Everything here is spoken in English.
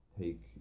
take